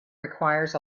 requires